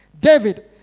David